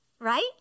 right